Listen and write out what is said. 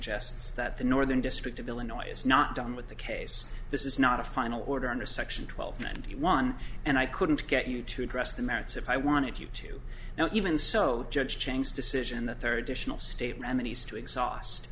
suggests that the northern district of illinois is not done with the case this is not a final order under section twelve ninety one and i couldn't get you to address the merits if i wanted you to now even so judge changed decision the third additional statement he's to exhaust